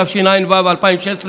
התשע"ו 2016,